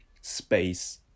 space